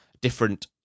different